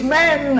men